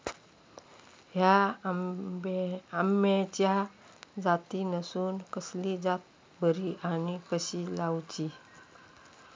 हया आम्याच्या जातीनिसून कसली जात बरी आनी कशी लाऊची?